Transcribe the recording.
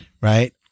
right